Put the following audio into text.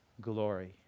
glory